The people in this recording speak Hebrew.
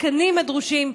התקנים הדרושים,